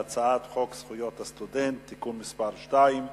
להצעת חוק זכויות הסטודנט (תיקון מס' 2),